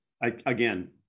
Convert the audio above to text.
Again